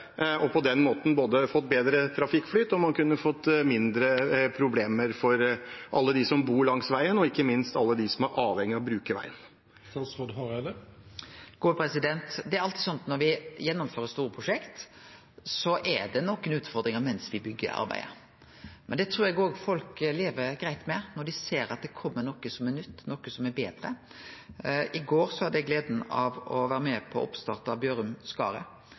og på den måten både fått bedre trafikkflyt og fått mindre problemer for alle dem som bor langs veien, og ikke minst alle dem som er avhengig av å bruke veien. Det er alltid slik at når me gjennomfører store prosjekt, er det nokre utfordringar mens me byggjer og arbeider, men det trur eg folk lever greitt med når dei ser at det kjem noko som er nytt, noko som er betre. I går hadde eg gleda av å vere med på